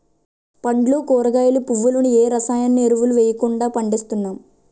పండ్లు కూరగాయలు, పువ్వులను ఏ రసాయన ఎరువులు వెయ్యకుండా పండిస్తున్నాం